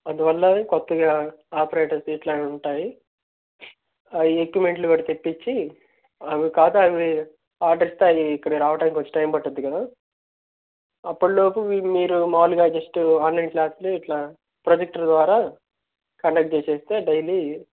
అందువల్ల కొత్తగా ఆపరేటర్ సీట్లని ఉంటాయి అవి ఎక్విప్మెంట్లు కూడా తెప్పించి అవి కాక అవి ఆర్డర్ ఇస్తే అవి ఇక్కడికి రావడానికి కొంచెం టైమ్ పట్టద్ది కదా అప్పటిలోపు మీరు మాములుగా జస్ట్ ఆన్లైన్ క్లాసులు ఇట్లా ప్రొజక్టర్ ద్వారా కండక్ట్ చేసేస్తే డైలీ